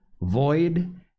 void